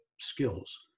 skills